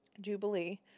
Jubilee